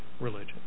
religion